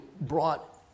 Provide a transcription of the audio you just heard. brought